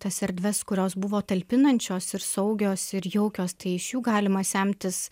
tas erdves kurios buvo talpinančios ir saugios ir jaukios tai iš jų galima semtis